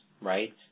right